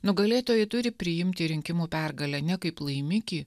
nugalėtojai turi priimti rinkimų pergalę ne kaip laimikį